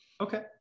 Okay